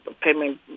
payment